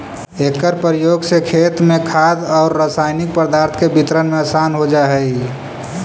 एकर प्रयोग से खेत में खाद औउर रसायनिक पदार्थ के वितरण में आसान हो जा हई